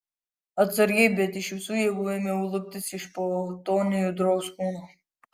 atsargiai bet iš visų jėgų ėmiau luptis iš po to nejudraus kūno